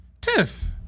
Tiff